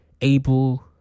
able